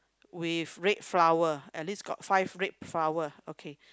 with red flower at least got five red flower okay